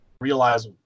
realize